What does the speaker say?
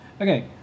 Okay